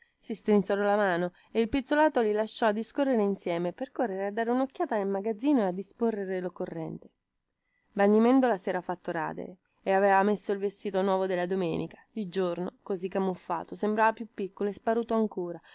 si strinsero la mano e il pizzolato li lasciò a discorrere insieme per correre a dare unocchiata nel magazzino e disporre loccorrente vanni mendola sera fatto radere e aveva messo il vestito nuovo della domenica di giorno così camuffato sembrava più piccolo e sparuto ancora